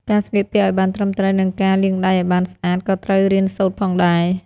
ការស្លៀកពាក់ឱ្យបានត្រឹមត្រូវ និងការលាងដៃឱ្យបានស្អាតក៏ត្រូវរៀនសូត្រផងដែរ។